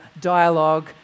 dialogue